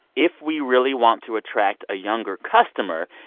if we really want to attract a younger customer,